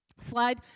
Slide